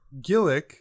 Gillick